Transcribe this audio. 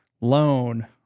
loan